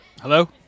hello